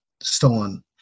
stolen